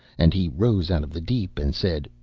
and he rose out of the deep and said,